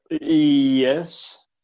yes